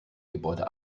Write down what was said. gebäude